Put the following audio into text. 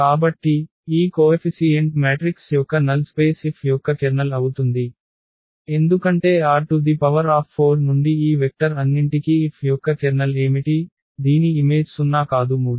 కాబట్టి ఈ coefficient matrix యొక్క నల్ స్పేస్ F యొక్క కెర్నల్ అవుతుంది ఎందుకంటే R⁴ నుండి ఈ వెక్టర్ అన్నింటికీ F యొక్క కెర్నల్ ఏమిటి దీని ఇమేజ్ 0 కాదు 3